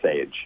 age